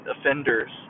offenders